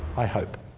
i hope.